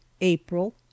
April